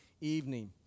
evening